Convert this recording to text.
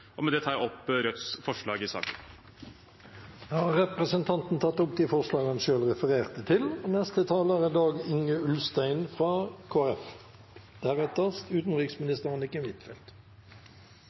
Med det tar jeg opp Rødts forslag i saken. Representanten Bjørnar Moxnes har tatt opp de forslagene han refererte til.